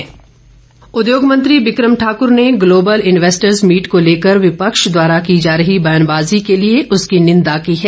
बिक्रम सिंह उद्योग मंत्री बिक्रम ठाकुर ने ग्लोबल इन्वेस्टर्स मीट को लेकर विपक्ष द्वारा की जा रही बयानबाजी के लिए उसकी निंदा की है